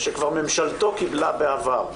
שכבר ממשלתו קיבלה בעבר.